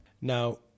Now